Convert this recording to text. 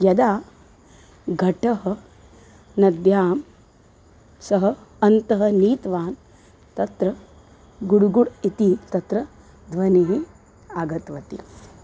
यदा घटः नद्यां सः अन्ते नीतवान् तत्र गुडुगुड् इति तत्र ध्वनिः आगतवती